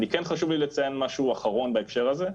כן חשוב לי לציין משהו אחרון בהקשר הזה,